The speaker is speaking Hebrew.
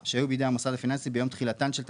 מוסד פיננסי ישראלי מדווח יעביר למנהל דוח לפי